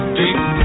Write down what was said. deep